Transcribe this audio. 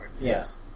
Yes